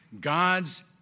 God's